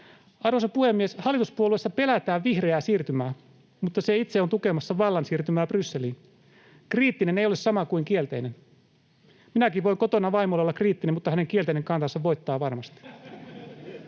Arvoisa puhemies! Hallituspuolueissa pelätään vihreää siirtymää, mutta se itse on tukemassa vallan siirtymää Brysseliin. Kriittinen ei ole sama kuin kielteinen. Minäkin voin kotona vaimolle olla kriittinen, mutta hänen kielteinen kantansa voittaa varmasti.